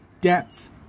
depth